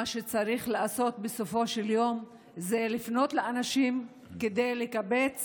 מה שצריך לעשות בסופו של יום זה לפנות לאנשים כדי לקבץ